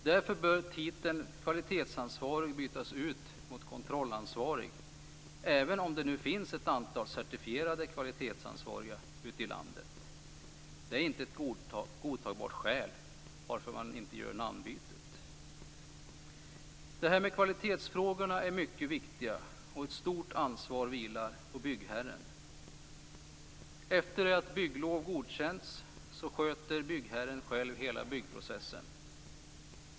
Därför bör titeln kvalitetsansvarig bytas ut mot kontrollansvarig, även om det finns ett antal certifierade kvalitetsansvariga ute i landet. Det är inte ett godtagbart skäl för att inte göra namnbytet. Kvalitetsfrågorna är mycket viktiga, och ett stort ansvar vilar på byggherren. Efter det att bygglov godkänts sköter byggherren själv hela byggprocessen.